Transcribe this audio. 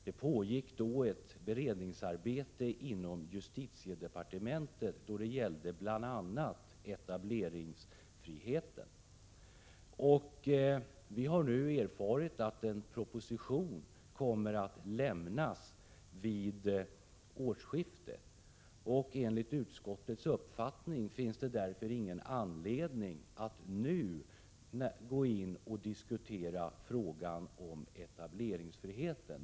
Då pågick nämligen inom justitiedepartementet ett beredningsarbete som gällde bl.a. etableringsfriheten. Vi har nu erfarit att en proposition kommer att läggas fram vid årsskiftet. Enligt utskottets uppfattning finns det därför ingen anledning att nu diskutera frågan om etableringsfriheten.